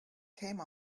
came